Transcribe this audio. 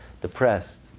depressed